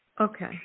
Okay